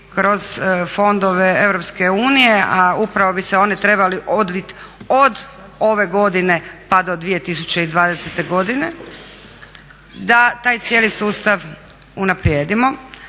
kroz fondove Europske unije, a upravo bi se oni trebali odvit od ove godine pa do 2020. godine, da taj cijeli sustav unaprijedimo